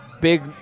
big